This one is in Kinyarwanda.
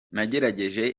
nagerageje